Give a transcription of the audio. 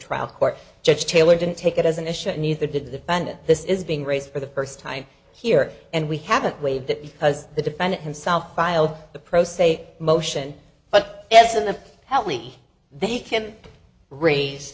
trial court judge taylor didn't take it as an issue neither did the defendant this is being raised for the first time here and we haven't waived that because the defendant himself filed the pro se motion but as of the telly they can raise